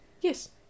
Yes